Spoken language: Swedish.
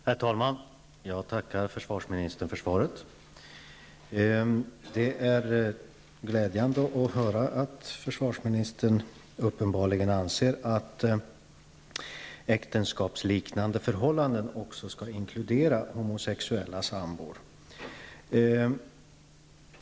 Herr talman! Jag tackar försvarsministern för svaret. Det är glädjande att höra att försvarsministern uppenbarligen anser att äktenskapsliknande förhållanden också skall inkludera homosexuella sambor.